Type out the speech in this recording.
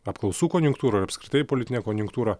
apklausų konjunktūrą ir apskritai politinę konjunktūrą